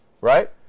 right